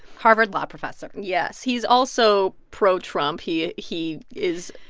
harvard law professor yes, he's also pro-trump. he ah he is.